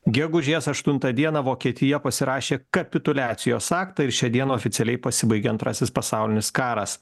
gegužės aštuntą dieną vokietija pasirašė kapituliacijos aktą ir šią dieną oficialiai pasibaigė antrasis pasaulinis karas